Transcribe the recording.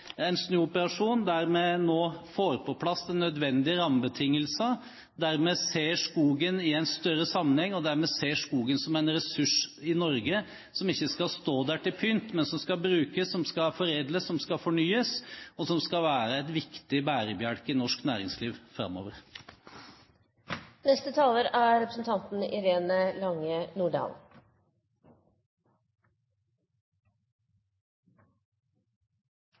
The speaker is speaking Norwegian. en snuoperasjon der vi nå får på plass nødvendige rammebetingelser, der vi ser skogen i en større sammenheng, og der vi ser skogen som en ressurs i Norge – som ikke skal stå der til pynt, men som skal brukes, foredles og fornyes, og som skal være en viktig bærebjelke i norsk næringsliv